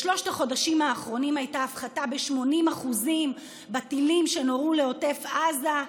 בשלושת החודשים האחרונים הייתה הפחתה ב-80% בטילים שנורו לעוטף עזה,